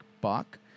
buck